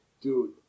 dude